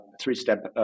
three-step